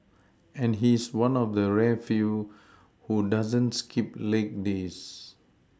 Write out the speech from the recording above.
and he's one of the rare few who doesn't skip leg days